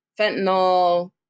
fentanyl